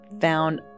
found